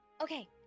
okay